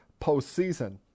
postseason